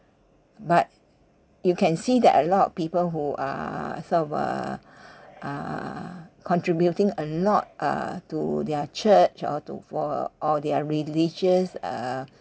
but you can see that a lot of people who are sort of uh uh contributing a lot uh to their church uh or their religious uh uh